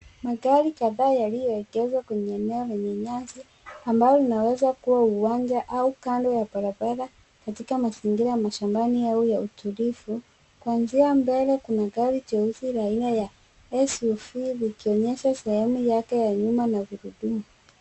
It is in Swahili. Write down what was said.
Magari kadhaa yaliyoegeshwa kwenye eneo lenye nyasi ambalo linaweza kuwa uwanja au kando ya barabara katika mazingira ya mashambani au ya utulivu. Kuanzia mbele, kuna gari jeusi la aina ya SUV likionyesha sehemu yake ya nyuma na gurudumu.